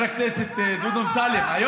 חבר הכנסת דודי אמסלם, מה אתה, אגרת גודש.